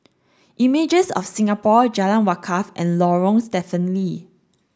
Images of Singapore Jalan Wakaff and Lorong Stephen Lee